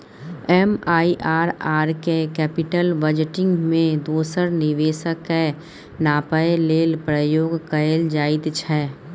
MIRR केँ capital budgeting मे दोसर निबेश केँ नापय लेल प्रयोग कएल जाइत छै